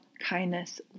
kindness